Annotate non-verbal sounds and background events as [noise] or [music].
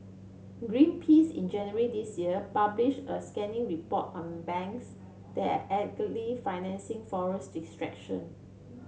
Greenpeace in January this year published a scathing report on banks there [unintelligible] financing forest destruction